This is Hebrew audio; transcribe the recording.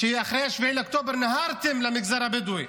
אחרי 7 באוקטובר נהרתם למגזר הבדואי.